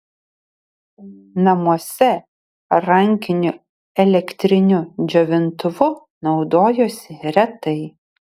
namuose rankiniu elektriniu džiovintuvu naudojosi retai